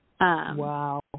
Wow